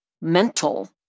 mental